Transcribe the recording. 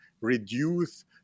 reduce